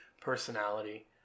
personality